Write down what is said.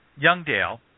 Youngdale